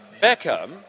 Beckham